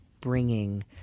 bringing